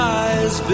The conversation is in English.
eyes